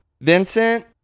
Vincent